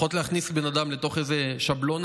פחות להכניס בן אדם לתוך איזו שבלונה,